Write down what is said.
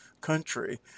country